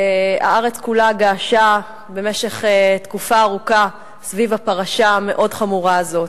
והארץ כולה געשה במשך תקופה ארוכה סביב הפרשה המאוד חמורה הזאת.